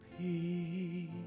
Peace